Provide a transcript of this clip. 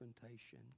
confrontation